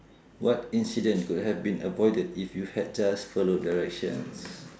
what incident could have been avoided if you had just followed directions